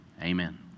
Amen